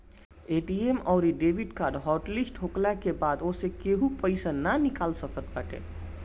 ATM अउरी debit card hot list होखला के बाद ओसे केहू पईसा नाइ निकाल सकत बाटे